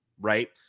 right